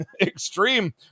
Extreme